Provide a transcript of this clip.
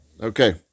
Okay